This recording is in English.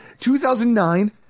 2009